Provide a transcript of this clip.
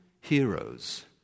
heroes